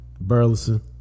Burleson